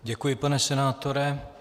Děkuji, pane senátore.